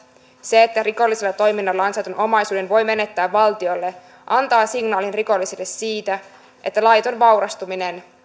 se että rikollisella toiminnalla ansaitun omaisuuden voi menettää valtiolle antaa signaalin rikollisille siitä että laiton vaurastuminen